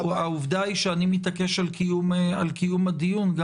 העובדה היא שאני מתעקש על קיום הדיון גם